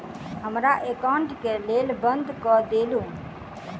हमरा एकाउंट केँ केल बंद कऽ देलु?